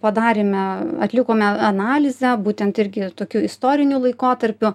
padarėme atlikome analizę būtent irgi tokiu istoriniu laikotarpiu